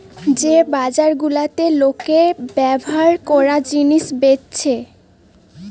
যে বাজার গুলাতে লোকে ব্যভার কোরা জিনিস বেচছে